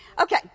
Okay